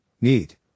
need